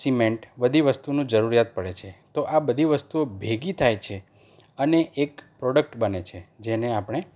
cement બધી વસ્તુનું જરૂરિયાત પડે છે તો આ બધી વસ્તુઓ ભેગી થાય છે અને એક પ્રોડક્ટ બને છે જેને આપણે